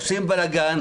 עושים בלגן,